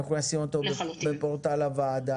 אנחנו נשים אותו בפורטל הוועדה.